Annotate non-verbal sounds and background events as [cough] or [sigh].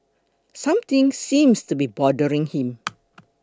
something seems to be bothering him [noise]